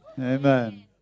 Amen